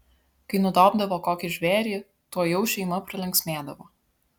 kai nudobdavo kokį žvėrį tuojau šeima pralinksmėdavo